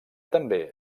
també